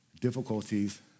difficulties